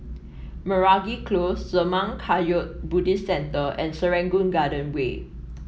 Meragi Close Zurmang Kagyud Buddhist Centre and Serangoon Garden Way